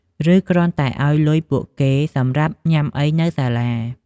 ឬ គ្រាន់តែឱ្យលុយពួកគេសម្រាប់ញុាំអីនៅសាលា។